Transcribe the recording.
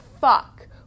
fuck